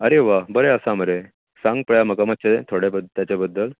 अरे वा बरें आसा मरे सांग पळोवया म्हाका मातशें थोडें ताचे बद्दल